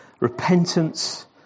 repentance